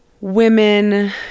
women